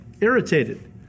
irritated